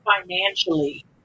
financially